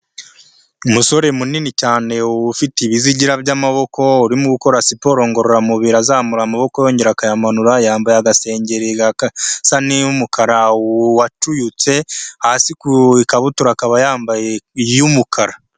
Umusore munini cyane ufite ibizigira by'amaboko urimo gukora siporo ngororamubiri azamura amaboko yongera akayamanura yambaye agasengeri gasa n'umukara wacuyutse hasi ku ikabutura akaba yambaye iy'umukara.